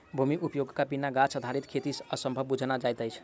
भूमि उपयोगक बिना गाछ आधारित खेती असंभव बुझना जाइत अछि